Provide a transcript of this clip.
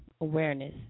awareness